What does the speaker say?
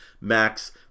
Max